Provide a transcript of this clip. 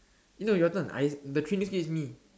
you know you're turn the I the three is me